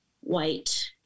white